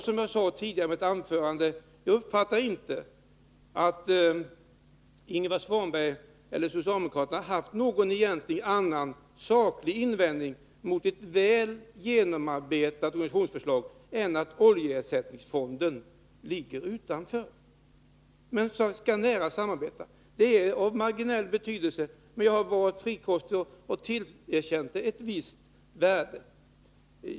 Som jag sade i mitt anförande har jag inte uppfattat att Ingvar Svanberg och socialdemokraterna har haft någon annan saklig invändning mot ett väl genomarbetat organisationsförslag än att oljeersättningsfonden ligger utanför energiverket men skall samarbeta nära med detta. Det är av marginell betydelse, men jag har varit frikostig nog att tillerkänna det ett visst värde.